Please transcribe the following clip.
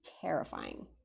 terrifying